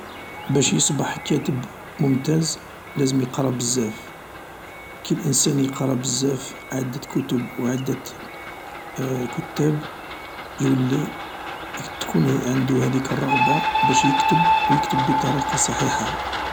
باش يصبح كاتب ممتاز لازم يقرا بزاف، كي الانسان يقرا بزاف عدة كتب و عدة كتاب يولي تكون عندو هاديك الرغبة باش يكتب و يكتب بطريقة صحيحة.